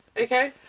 okay